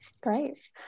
great